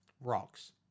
Rocks